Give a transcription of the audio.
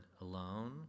alone